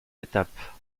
étapes